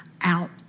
out